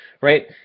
right